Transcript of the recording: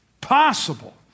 possible